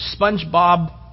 SpongeBob